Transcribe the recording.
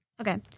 Okay